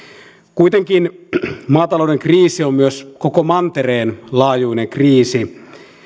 kuitenkin maatalouden kriisi on myös koko mantereen laajuinen kriisi